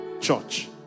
Church